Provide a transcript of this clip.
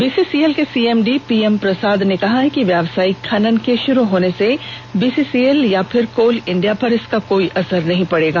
BCCL के CMD PM Prasad ने कहा है कि व्यवसायिक खनन के शुरू होने से बीसीसीएल या फिर कोल इंडिया पर इसका कोई असर नहीं पड़ेगा